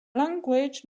language